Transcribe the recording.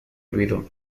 olvido